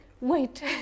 wait